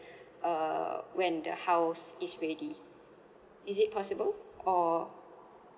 uh when the house is ready is it possible or